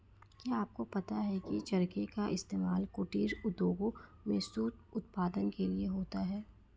क्या आपको पता है की चरखे का इस्तेमाल कुटीर उद्योगों में सूत उत्पादन के लिए होता है